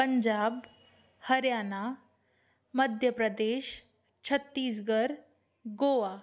Punjab Haryana Madhya Pradesh Chhattisgarh Goa